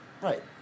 Right